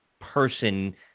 person